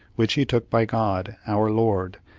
which he took by god, our lord,